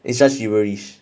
it's just feverish